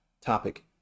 topic